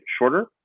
shorter